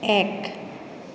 এক